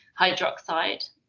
hydroxide